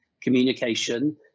communication